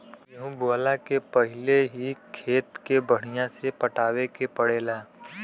गेंहू बोअला के पहिले ही खेत के बढ़िया से पटावे के पड़ेला